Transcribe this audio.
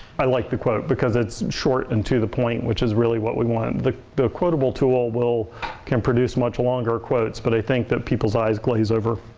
i like the quote, because it's short and to the point, which is really what we want. the quotable tool can produce much longer quotes but i think that people's eyes glaze over.